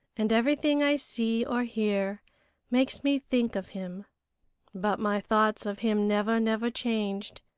and everything i see or hear makes me think of him but my thoughts of him never, never changed,